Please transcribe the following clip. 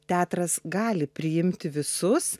teatras gali priimti visus